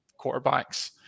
quarterbacks